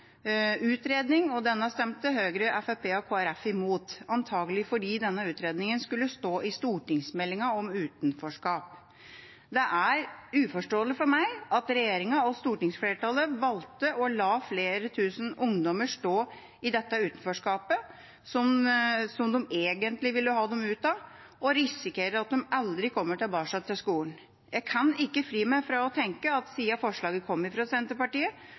utredning. Dette stemte Høyre, Fremskrittspartiet og Kristelig Folkeparti imot, antakelig fordi denne utredningen skulle stå i stortingsmeldinga om utenforskap. Det er uforståelig for meg at regjeringa og stortingsflertallet valgte å la flere tusen ungdommer stå i dette utenforskapet, som de egentlig ville ha dem ut av, og risikere at de aldri kom tilbake til skolen. Jeg kan ikke fri meg fra å tenke at siden forslaget kom fra Senterpartiet,